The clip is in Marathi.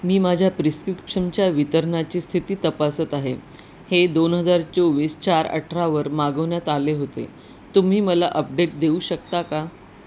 मी माझ्या प्रिस्क्रिप्शनच्या वितरणाची स्थिती तपासत आहे हे दोन हजार चोवीस चार अठरावर मागवण्यात आले होते तुम्ही मला अपडेट देऊ शकता का